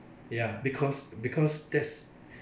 ya because because that's